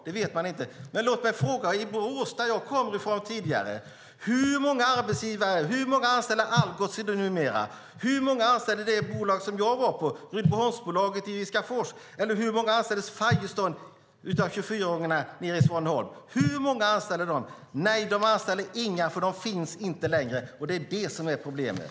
Det vet man inte. Men låt mig fråga om Borås, som jag kommer ifrån: Hur många arbetsgivare ser du numera? Hur många anställda ser du på Algots numera? Hur många är anställda i det bolag jag var på, Rydboholmsbolaget i Viskafors? Hur många av 24-åringarna nere i Svaneholm anställs av Firestone? Hur många anställer de? De anställer inga, för de finns inte längre. Det är det som är problemet.